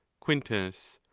quintus.